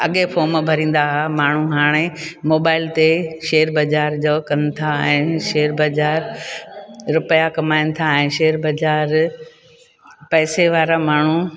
अॻे फोम भरींदा हुआ माण्हू हाणे मोबाइल ते शेयर बज़ार जो कनि था ऐं शेयर बज़ार रुपया कमाइनि था ऐं शेयर बज़ार पैसे वारा पैसे वारा माण्हू